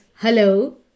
Hello